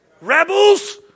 rebels